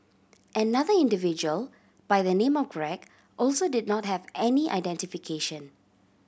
another individual by the name of Greg also did not have any identification